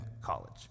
college